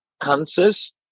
cancers